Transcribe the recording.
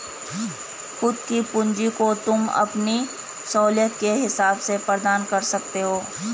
खुद की पूंजी को तुम अपनी सहूलियत के हिसाब से प्रदान कर सकते हो